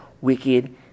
wicked